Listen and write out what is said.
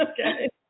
Okay